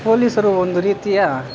ಪೋಲಿಸರು ಒಂದು ರೀತಿಯ